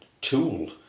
tool